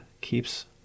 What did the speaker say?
keeps